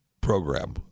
program